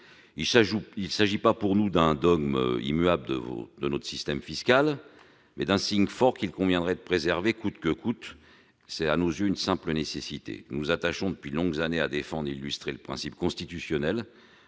Il ne s'agit pas pour nous d'un dogme immuable de notre système fiscal, d'un signe fort qu'il conviendrait de préserver coûte que coûte : c'est tout simplement une nécessité. Nous nous attachons depuis de longues années à défendre et à illustrer le principe constitutionnel